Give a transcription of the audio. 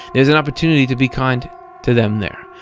there's an opportunity to be kind to them there.